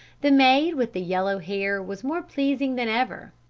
the maid with the yellow hair was more pleasing than ever,